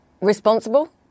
Responsible